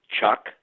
Chuck